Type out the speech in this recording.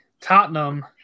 Tottenham